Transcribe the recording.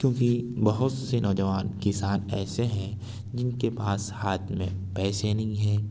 کیونکہ بہت سے نوجوان کسان ایسے ہیں جن کے پاس ہاتھ میں پیسے نہیں ہیں